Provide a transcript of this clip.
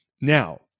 Now